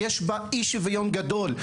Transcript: יש בה אי שוויון גדול.